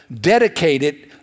dedicated